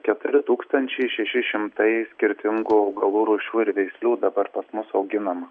keturi tūkstančiai šeši šimtai skirtingų augalų rūšių ir veislių dabar pas mus auginama